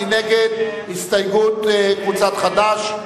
קבוצת חד"ש,